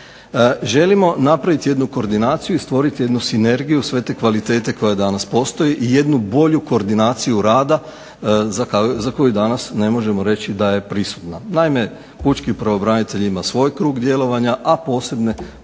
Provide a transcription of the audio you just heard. Želimo napraviti jednu koordinaciju i stvoriti jednu sinergiju sve te kvalitete koja danas postoji i jednu koordinaciju rada za koju danas ne možemo reći da je prisutna. Naime, pučki pravobranitelj ima svoj krug djelovanja, a posebne